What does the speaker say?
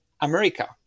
America